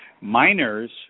Miners